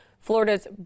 Florida's